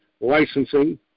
licensing